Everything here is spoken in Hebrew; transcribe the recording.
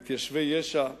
מתיישבי יש"ע ומזרח-ירושלים,